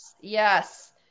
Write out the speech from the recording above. Yes